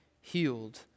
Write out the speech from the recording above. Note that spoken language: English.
healed